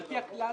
-- על פי הכלל